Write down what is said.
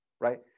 right